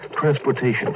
transportation